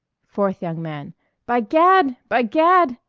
fourth young man by gad! by gad!